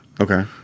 Okay